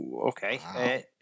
Okay